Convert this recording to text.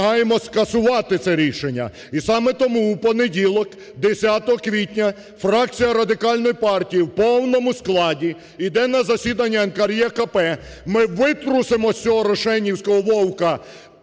Ми витрусимо із цього рошенівського Вовка